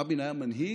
רבין היה מנהיג